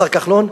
השר כחלון,